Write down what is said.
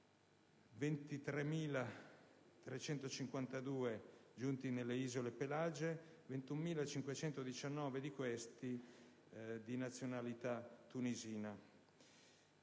23.352 giunti nelle isole Pelagie (21.519 di questi di nazionalità tunisina);